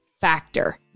factor